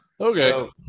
Okay